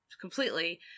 completely